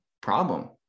problem